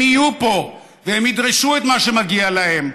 הם יהיו פה והם ידרשו את מה שמגיע להם.